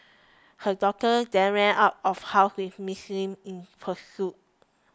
her daughter then ran out of house with Miss Li in pursuit